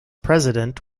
president